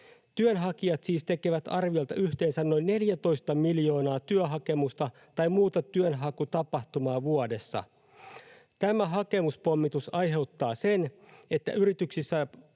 Työnhakijat siis tekevät arviolta yhteensä noin 14 miljoonaa työhakemusta tai muuta työnhakutapahtumaa vuodessa. Tämä hakemuspommitus aiheuttaa sen, että yrityksissä